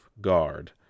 Guard